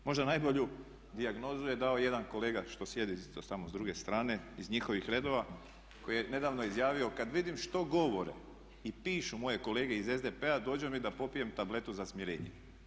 Možda najbolju dijagnozu je dao jedan kolega što sjedi isto tamo s druge strane iz njihovih redova koji je nedavno izjavio kad vidim što govore i pišu moje kolege iz SDP-a dođe mi da popijem tabletu za smirenje.